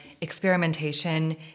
experimentation